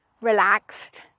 relaxed